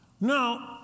now